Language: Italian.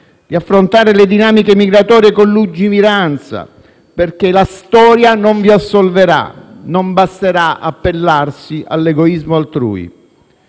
e affrontare le dinamiche migratorie con lungimiranza, perché la storia non vi assolverà: non basterà appellarsi all'egoismo altrui.